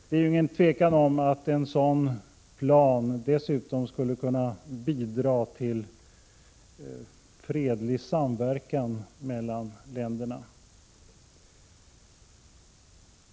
Det är inget tvivel om att en sådan plan dessutom skulle kunna bidra till fredlig samverkan mellan länderna.